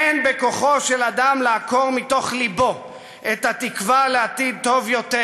אין בכוחו של אדם לעקור מתוך לבו את התקווה לעתיד טוב יותר.